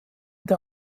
der